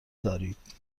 دارید